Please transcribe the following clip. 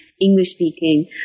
English-speaking